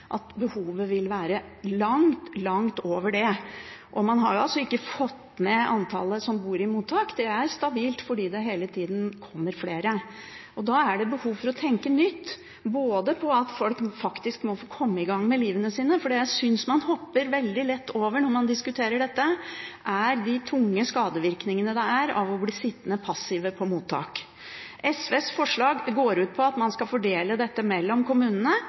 at behovet vil være langt over det. Man har ikke fått ned antallet som bor på mottak. Det er stabilt, fordi det hele tiden kommer flere. Da er det behov for å tenke nytt om at folk må få komme i gang med livet sitt – for det jeg syns man hopper veldig lett over når man diskuterer dette, er de tunge skadevirkningene av å bli sittende passive på mottak. SVs forslag går ut på at man skal fordele dette mellom kommunene,